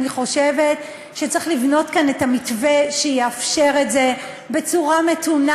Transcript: אני חושבת שצריך לבנות כאן את המתווה שיאפשר את זה בצורה מתונה.